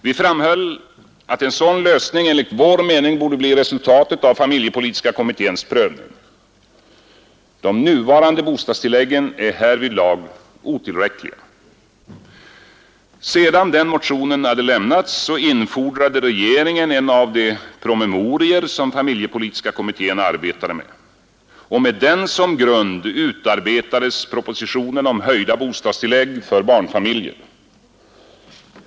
Vi framhöll att en sådan lösning enligt vår mening borde bli resultatet av familjepolitiska kommitténs prövning. De nuvarande bostadstilläggen är härvidlag otillräckliga. Sedan den motionen väckts infordrade regeringen en av de promemorior som familjepolitiska kommittén arbetade med, och med den som grund utarbetades propositonen om höjda bostadstillägg för barnfamiljer.